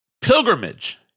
pilgrimage